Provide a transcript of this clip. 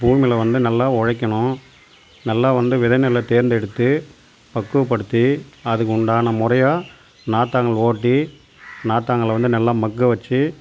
பூமியில வந்து நல்லா உழைக்கணும் நல்லா வந்து விதை நெல்லை தேர்ந்தெடுத்து பக்குவப்படுத்தி அதுக்கு உண்டான முறையா நாற்றாங்கல் ஓட்டி நாற்றாங்கல்ல வந்து நல்லா மக்க வச்சு